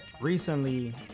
recently